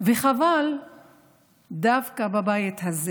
חבל שדווקא בבית הזה